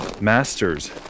masters